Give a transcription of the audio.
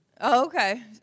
Okay